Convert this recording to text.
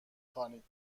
خوانید